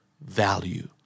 value